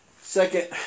Second